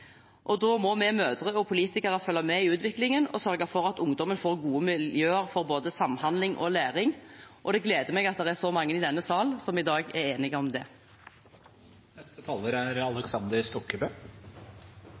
Da må vi mødre og politikere følge med i utviklingen og sørge for at ungdommen får gode miljøer for både samhandling og læring. Det gleder meg at det er så mange i denne salen som i dag er enige om det. Game on! Få ting er